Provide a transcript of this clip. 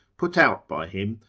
put out by him,